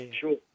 sure